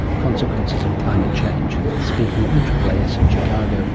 consequences of climate change, speaking at the aaas in chicago